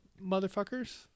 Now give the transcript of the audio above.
motherfuckers